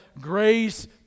grace